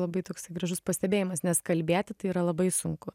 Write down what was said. labai toksai gražus pastebėjimas nes kalbėti tai yra labai sunku